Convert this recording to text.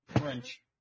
Wrench